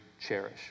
cherish